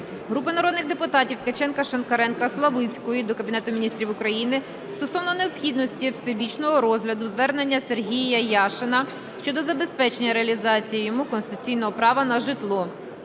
Групи народних депутатів (Ткаченка, Шинкаренка, Славицької) до Кабінету Міністрів України стосовно необхідності всебічного розгляду звернення Сергія Яшина щодо забезпечення реалізації йому конституційного права на житло.